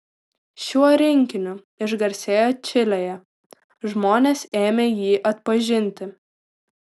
šiuo rinkiniu išgarsėjo čilėje žmonės ėmė jį atpažinti